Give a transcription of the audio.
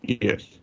yes